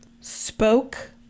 spoke